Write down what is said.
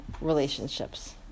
relationships